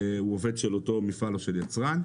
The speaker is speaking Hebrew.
הוא עובד של אותו מפעל או של יצרן.